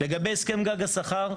לגבי הסכם גג השכר,